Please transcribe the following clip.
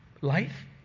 life